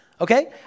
Okay